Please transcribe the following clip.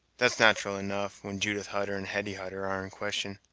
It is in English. that's nat'ral enough, when judith hutter and hetty hutter are in question.